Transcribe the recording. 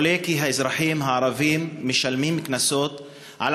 עולה כי האזרחים הערבים משלמים קנסות על